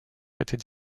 étaient